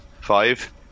Five